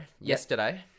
yesterday